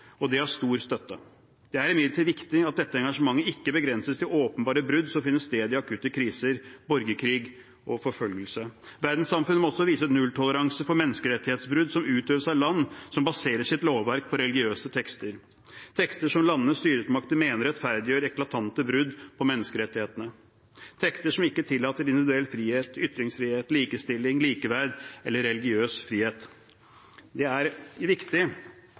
og det har stor støtte. Det er imidlertid viktig at dette engasjementet ikke begrenses til åpenbare brudd som finner sted i akutte kriser, borgerkrig og forfølgelse. Verdenssamfunnet må også vise nulltoleranse for menneskerettighetsbrudd som utøves av land som baserer sitt lovverk på religiøse tekster – tekster som landenes styresmakter mener rettferdiggjør eklatante brudd på menneskerettighetene, tekster som ikke tillater individuell frihet, ytringsfrihet, likestilling, likeverd eller religiøs frihet. Det er viktig